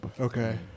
Okay